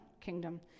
kingdom